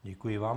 Děkuji vám.